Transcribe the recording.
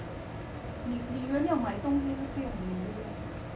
女女人要买东西是不用理由的